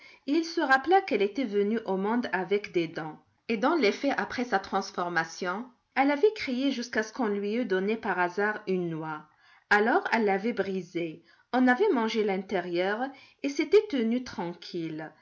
il se rappela qu'elle était venue au monde avec des dents et dans le fait après sa transformation elle avait crié jusqu'à ce qu'on lui eût donné par hasard une noix alors elle l'avait brisée en avait mangé l'intérieur et s'était tenue tranquille